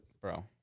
bro